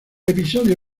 episodio